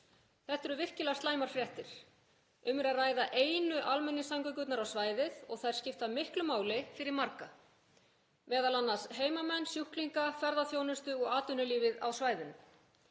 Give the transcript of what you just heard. Þetta eru virkilega slæmar fréttir. Um er að ræða einu almenningssamgöngurnar sem ná á svæðið og þær skipta miklu máli fyrir marga, m.a. heimamenn, sjúklinga, ferðaþjónustu og atvinnulífið á svæðinu.